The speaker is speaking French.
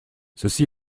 ceci